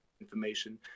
information